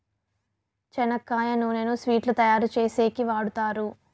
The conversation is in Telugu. చెనక్కాయ నూనెను స్వీట్లు తయారు చేసేకి వాడుతారు